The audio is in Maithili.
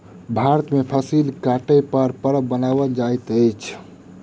भारत में फसिल कटै पर पर्व मनाओल जाइत अछि